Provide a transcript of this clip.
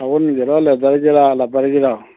ꯁꯎꯟꯒꯤꯔꯥ ꯂꯦꯗꯔꯒꯤꯔꯥ ꯔꯕꯔꯒꯤꯔꯥ